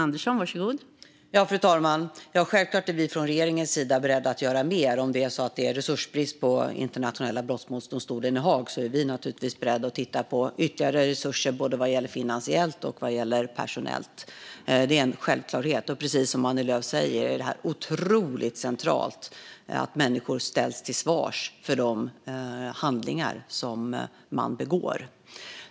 Fru talman! Självklart är vi från regeringens sida beredda att göra mer om det råder resursbrist i Internationella brottmålsdomstolen i Haag. Vi är naturligtvis beredda att titta på ytterligare resurser finansiellt och personellt. Det är en självklarhet. Precis som Annie Lööf säger är det otroligt centralt att människor ställs till svars för de handlingar de begår.